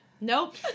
nope